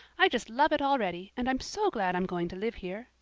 i just love it already, and i'm so glad i'm going to live here.